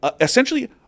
essentially